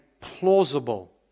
plausible